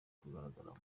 kugaragaramo